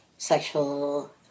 sexual